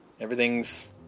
everything's